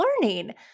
learning